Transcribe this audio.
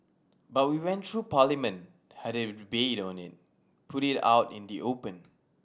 but we went through Parliament had a rebate on it put it out in the open